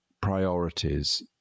priorities